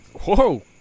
Whoa